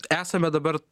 esame dabar